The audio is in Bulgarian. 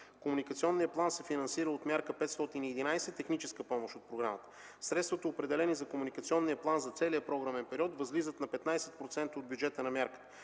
Комуникационният план се финансира от Мярка 511 „Техническа помощ от програмата”. Средствата, определени за комуникационния план за целия програмен период, възлизат на 15% от бюджета на мярката.